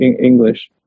English